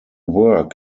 work